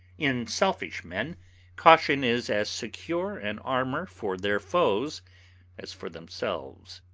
in selfish men caution is as secure an armour for their foes as for themselves.